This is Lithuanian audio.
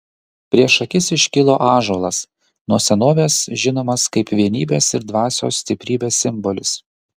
prieš akis iškilo ąžuolas nuo senovės žinomas kaip vienybės ir dvasios stiprybės simbolis